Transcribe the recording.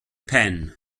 pen